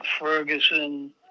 Ferguson